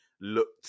looked